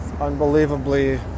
unbelievably